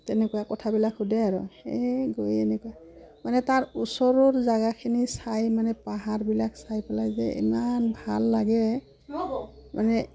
তেনেকুৱা কথাবিলাক সোধে আৰু সেয়ে গৈ এনেকুৱা মানে তাৰ ওচৰৰ জেগাখিনি চাই মানে পাহাৰবিলাক চাই পেলাই যে ইমান ভাল লাগে মানে